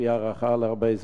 לפי ההערכה, הרבה זמן.